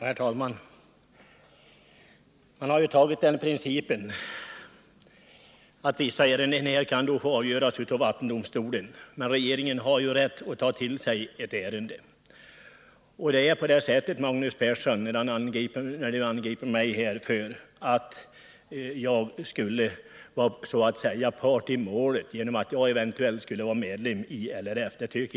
Herr talman! Man har ju tagit den principen att vissa ärenden kan få avgöras i vattendomstolen. Men regeringen har rätt att ta till sig ett ärende. Jag tycker att det är märkligt att Magnus Persson angriper mig och säger att jag skulle vara så att säga part i målet eftersom jag är medlem i LRF.